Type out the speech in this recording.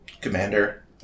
commander